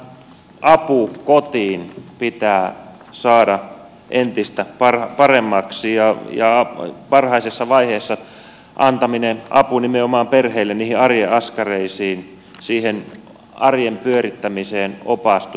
tämä apu kotiin pitää saada entistä paremmaksi ja varhaisessa vaiheessa avun antaminen nimenomaan perheelle niihin arjen askareisiin siihen arjen pyörittämiseen opastus